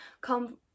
come